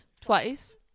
twice